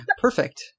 perfect